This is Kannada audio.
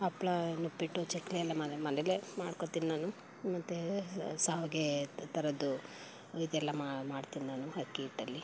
ಹಪ್ಪಳ ನಿಪ್ಪಟ್ಟು ಚಕ್ಕುಲಿ ಎಲ್ಲ ಮನೆ ಮನೆಯಲ್ಲೇ ಮಾಡ್ಕೊಡ್ತೀನಿ ನಾನು ಮತ್ತು ಶಾವಿಗೆ ಥರದ್ದು ಇದೆಲ್ಲ ಮಾಡ್ತೀನಿ ನಾನು ಅಕ್ಕಿ ಹಿಟ್ಟಲ್ಲಿ